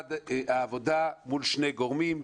משרד העבודה מול שני גורמים,